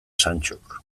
santxok